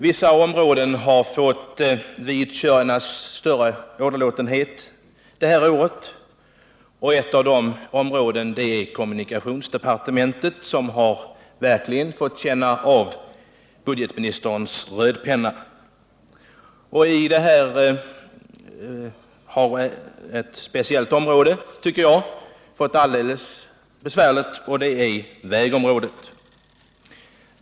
Vissa områden har fått vidkännas större återlåtning än andra det här året. Ett av dessa är det som faller under kommunikationsdepartementet, som verkligen har fått känna av budgetministerns rödpenna, och därvid har frågorna inom vägområdet behandlats alldeles särskilt hårt.